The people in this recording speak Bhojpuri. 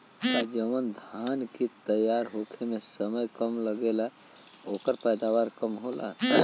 का जवन धान के तैयार होखे में समय कम लागेला ओकर पैदवार भी कम होला?